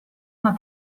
una